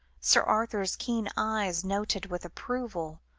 sir arthur's keen eyes noted with approval,